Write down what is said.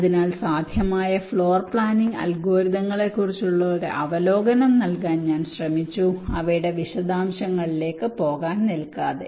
അതിനാൽ സാധ്യമായ floor planning അൽഗോരിതങ്ങളെക്കുറിച്ചുള്ള ഒരു അവലോകനം നൽകാൻ ഞാൻ ശ്രമിച്ചു അവയുടെ വിശദാംശങ്ങളിലേക്ക് പോകാൻ ശ്രമിക്കാതെ